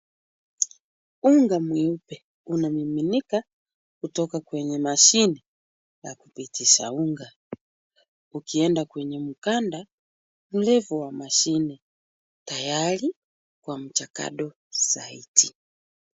Unga mweupe unamiminika kutoka kwenye mashini ya kupitisha unga ukienda kwenye mkanda mrefu wa mashini tayari kwa mchakato zaidi.